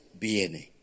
viene